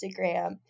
Instagram